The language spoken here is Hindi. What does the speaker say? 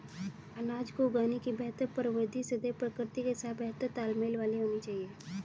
अनाज को उगाने की बेहतर प्रविधि सदैव प्रकृति के साथ बेहतर तालमेल वाली होनी चाहिए